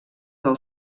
del